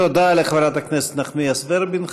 תודה לחברת הכנסת נחמיאס ורבין.